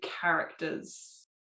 characters